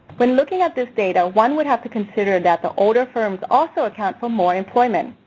when looking at this data one would have to consider that the older firms also account for more employment.